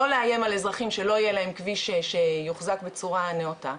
לא לאיים על אזרחים שלא יהיה להם כביש שיוחזק בצורה נאותה,